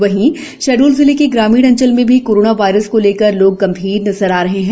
वहीं शहडोल जिले के ग्रामीण अंचल में भी कोरोना वाईरस को लेकर लोग गंभीर नजर आ रहे हैं